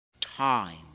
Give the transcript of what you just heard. Time